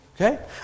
Okay